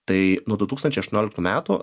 tai nuo du tūkstančiai aštuonioliktų metų